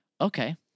Okay